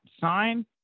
sign